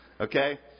Okay